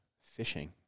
fishing